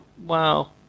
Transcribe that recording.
Wow